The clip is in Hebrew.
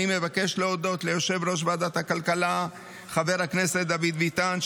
אני מבקש להודות ליושב-ראש ועדת הכלכלה חבר הכנסת דוד ביטן,